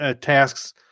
tasks